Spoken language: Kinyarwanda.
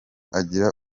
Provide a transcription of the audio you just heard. agira